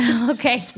Okay